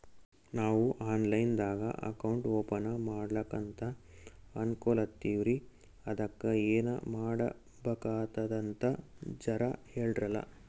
ನಾವು online ದಾಗ account open ಮಾಡ್ಲಕಂತ ಅನ್ಕೋಲತ್ತೀವ್ರಿ ಅದಕ್ಕ ಏನ ಮಾಡಬಕಾತದಂತ ಜರ ಹೇಳ್ರಲ?